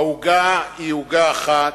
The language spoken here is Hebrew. העוגה היא עוגה אחת,